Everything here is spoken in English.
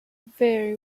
very